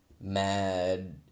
mad